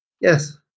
Yes